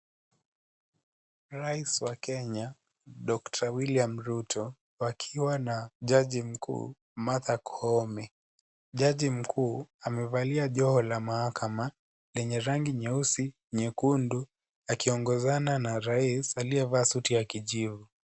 Rais wa kenya doctor William Ruto wakiwa na jaji mkuu Martha Kome. Jaji mkuu amevalia joho la mahakama lenye rangi nyeusi nyekundu akiongozana na rais alie vaa suti ya kijivu.